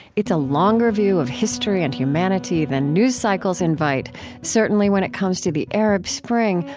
it's a longer view of history and humanity than news cycles invite certainly when it comes to the arab spring,